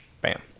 bam